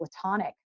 platonic